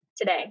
today